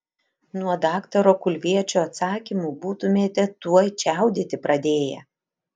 nuo daktaro kulviečio atsakymų būtumėte tuoj čiaudėti pradėję